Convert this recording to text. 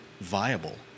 viable